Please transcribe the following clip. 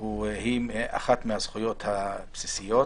היא אחת מהזכויות הבסיסיות.